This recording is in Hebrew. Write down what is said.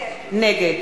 נגד